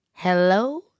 Hello